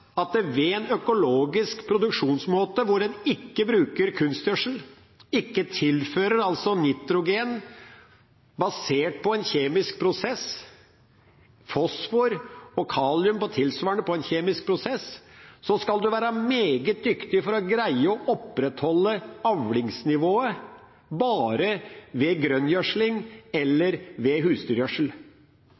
opplagt at ved en økologisk produksjonsmåte, hvor en ikke bruker kunstgjødsel, altså ikke tilfører nitrogen basert på en kjemisk prosess og fosfor og kalium på en tilsvarende kjemisk prosess, skal en være meget dyktig for å greie å opprettholde avlingsnivået bare ved grønngjødsling eller ved